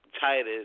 Titus